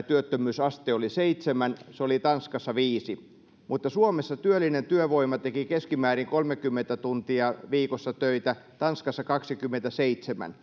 työttömyysaste oli seitsemän se oli tanskassa viisi mutta suomessa työllinen työvoima teki keskimäärin kolmekymmentä tuntia viikossa töitä tanskassa kaksikymmentäseitsemän